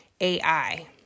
AI